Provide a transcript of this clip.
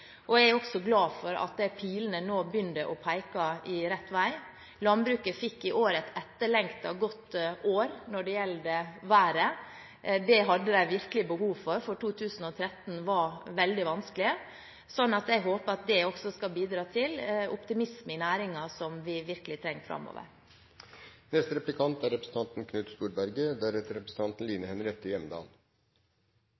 og jeg er også glad for at pilene nå begynner å peke rett vei. Landbruket fikk i år et etterlengtet godt år når det gjelder været. Det hadde de virkelig behov for, for 2013 var veldig vanskelig. Jeg håper at også det skal bidra til den optimismen i næringen som vi virkelig trenger framover. Debatten og replikkordskiftene i dag har vist at det er